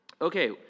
Okay